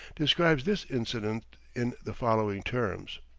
describes this incident in the following terms